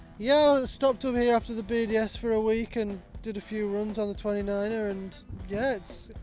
yeah, i stopped over here after the bds for a week and did a few runs on the twenty nine er, and yeah.